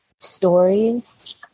stories